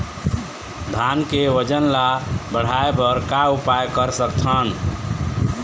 धान के वजन ला बढ़ाएं बर का उपाय कर सकथन?